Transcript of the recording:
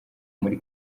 muri